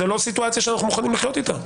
זאת לא סיטואציה שאנחנו מוכנים לחיות איתה.